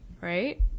right